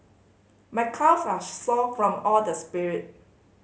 my calves are sore from all the spirit